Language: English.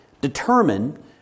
determine